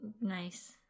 Nice